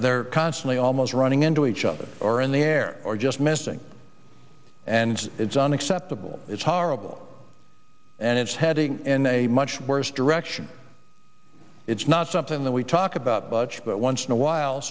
they're constantly almost running into each other or in the air or just messing and it's unacceptable it's horrible and it's heading in a much worse direction it's not something that we talk about budge but once in a while